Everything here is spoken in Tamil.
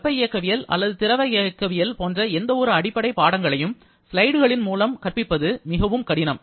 வெப்ப இயக்கவியல் அல்லது திரவ இயக்கவியல் போன்ற எந்தவொரு அடிப்படை பாடங்களையும் ஸ்லைடுகளின் மூலம் கற்பிப்பது மிகவும் கடினம்